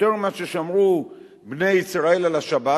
יותר מששמרו בני ישראל את השבת,